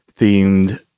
themed